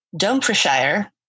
Dumfrieshire